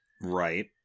right